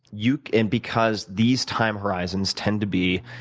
you know and because these time horizons tend to be